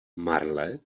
marle